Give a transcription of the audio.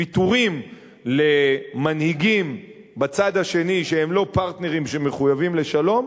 ויתורים למנהיגים בצד השני שהם לא פרטנרים שמחויבים לשלום,